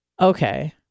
okay